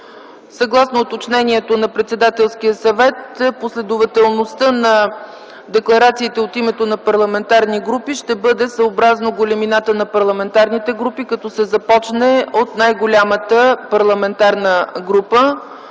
Съгласно уточнението на Председателския съвет последователността на декларациите от името на парламентарните групи ще бъде съобразно големината на парламентарните групи, като се започне от най-голямата. От името на